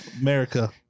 America